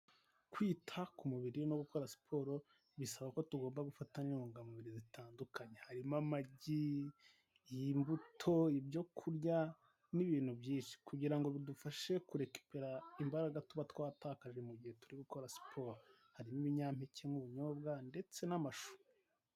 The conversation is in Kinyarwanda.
kwita ku mubiri no gukora siporo bisaba ko tugomba gufata intungamubiri zitandukanye. Harimo amagi, y'imbuto, ibyo kurya n'ibintu byinshi. Kugira ngo bidufashe kurekipera imbaraga tuba twatakaje mu gihe turi gukora siporo, harimo ibinyampeke n'binyobwa ndetse n'amashu.